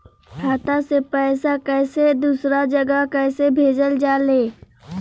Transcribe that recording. खाता से पैसा कैसे दूसरा जगह कैसे भेजल जा ले?